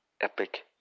epic